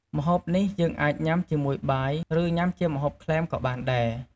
ម្ហូបនេះយើងអាចញុំាជាមួយបាយ ឬ ញុំាជាម្ហូបក្លែមក៏បានដែរ។